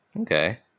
Okay